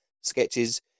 sketches